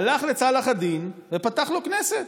הלך לצלאח א-דין ופתח לו כנסת,